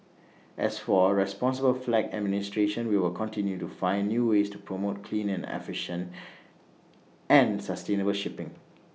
as for A responsible flag administration we will continue to find new ways to promote clean and efficient and sustainable shipping